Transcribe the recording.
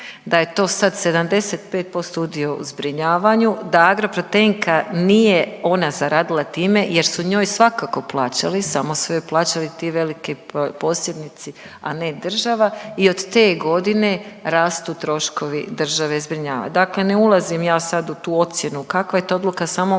da je to sad 75% udio u zbrinjavanju, da Agroproteinka nije ona zaradila time jer su njoj svakako plaćali samo su joj plaćali ti veliki posjednici, a ne država i od te godine rastu troškovi države zbrinjava. Dakle, ne ulazim sad ja u tu ocjenu kakva je to odluka samo